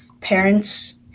parents